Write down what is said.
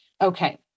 Okay